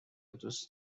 دوست